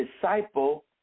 disciple